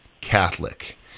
Catholic